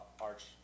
arch